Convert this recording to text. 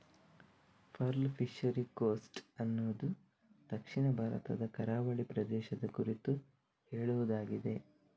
pearl fishery coast ಅನ್ನುದು ದಕ್ಷಿಣ ಭಾರತದ ಕರಾವಳಿ ಪ್ರದೇಶದ ಕುರಿತು ಹೇಳುದಾಗಿದೆ